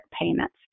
payments